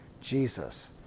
Jesus